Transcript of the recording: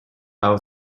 main